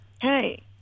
hey